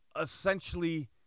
essentially